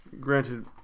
granted